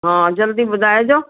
हा जल्दी ॿुधाइजो